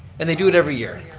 and they do it every year.